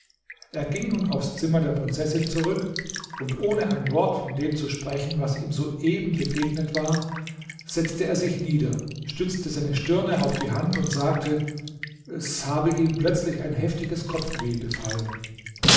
er ging nun aufs zimmer der prinzessin zurück und ohne ein wort von dem zu sprechen was ihm soeben begegnet war setzte er sich nieder stützte seine stirne auf die hand und sagte es habe ihn plötzlich ein heftiges kopfweh befallen